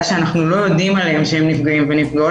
שאנחנו לא יודעים עליהם שהם נפגעים ונפגעות,